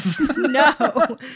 No